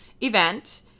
event